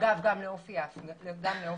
אגב, גם לאופי ההפגנות.